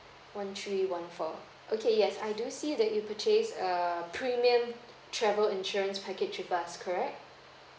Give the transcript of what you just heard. one three one four okay yes I do see that you purchase err premium travel insurance package with us correct